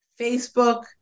Facebook